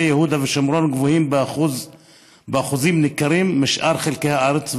יהודה ושומרון גבוהה באחוזים ניכרים מבשאר חלקי הארץ,